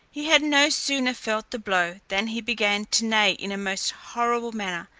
he had no sooner felt the blow, than he began to neigh in a most horrible manner,